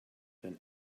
than